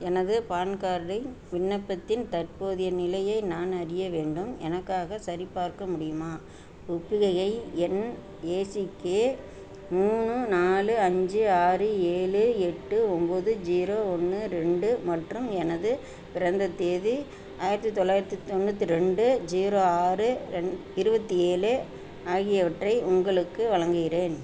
எனது பான் கார்டின் விண்ணப்பத்தின் தற்போதைய நிலையை நான் அறிய வேண்டும் எனக்காக சரிபார்க்க முடியுமா ஒப்புகையை எண் ஏசிகே மூணு நாலு அஞ்சு ஆறு ஏழு எட்டு ஒம்பது ஜீரோ ஒன்று ரெண்டு மற்றும் எனது பிறந்த தேதி ஆயிரத்து தொள்ளாயிரத்து தொண்ணூற்றி ரெண்டு ஜீரோ ஆறு ரெண் இருபத்தி ஏழு ஆகியவற்றை உங்களுக்கு வழங்குகிறேன்